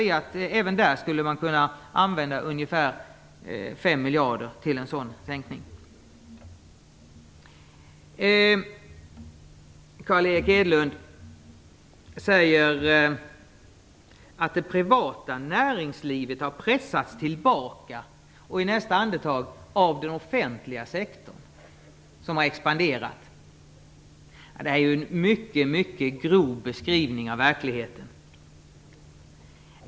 Vi anser att man skulle kunna använda ungefär 5 miljarder även till en sådan sänkning. Carl Erik Hedlund säger att det privata näringslivet har pressats tillbaka av den offentliga sektorn, som har expanderat. Detta är en mycket grov beskrivning av verkligheten.